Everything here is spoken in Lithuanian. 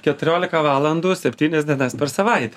keturiolika valandų septynias dienas per savaitę